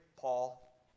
Paul